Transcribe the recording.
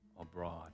abroad